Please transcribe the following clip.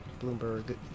bloomberg